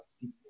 people